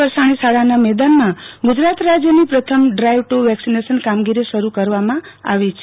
વરસાણી શાળાના મેદાનમાં ગુજરાત રાજ્યની પ્રથમ ડ્રાઈવ ટુ વેક્સિનેશન કામગીરી શરૂ કરવામાં આવી છે